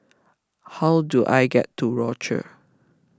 how do I get to Rochor